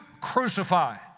crucified